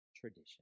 tradition